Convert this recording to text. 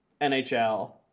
NHL